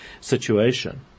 situation